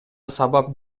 сабап